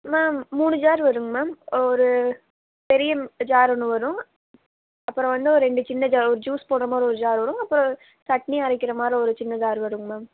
ma'am மூனு jar வரும்ங்க ma'am ஒரு பெரிய ஜார் ஒன்று வரும் அப்புறோம் வந்து ஒரு ரெண்டு சின்ன ஜார் ஒரு ஜூஸ் போட்ற மாதிரி ஒரு ஜார் வரும் அப்புறோம் சட்னி அரைக்கிற மாதிரி ஒரு சின்ன ஜார் வரும் மேம்